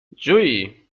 جویی